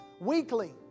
weekly